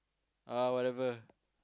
uh whatever